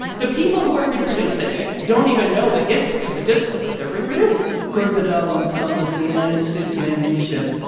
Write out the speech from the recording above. the people who are reproducing it don't even know the history of the discourse that they're reproducing gore vidal once called us the united states of amnesia.